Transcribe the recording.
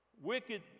Wicked